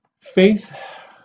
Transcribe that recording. faith